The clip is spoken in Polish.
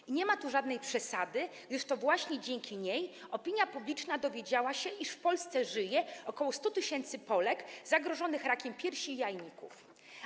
I nie ma tu żadnej przesady, gdyż to właśnie dzięki niej opinia publiczna dowiedziała się, iż w Polsce żyje ok. 100 tys. Polek zagrożonych rakiem piersi i rakiem jajnika.